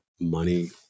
money